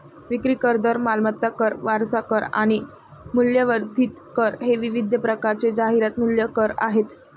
विक्री कर, दर, मालमत्ता कर, वारसा कर आणि मूल्यवर्धित कर हे विविध प्रकारचे जाहिरात मूल्य कर आहेत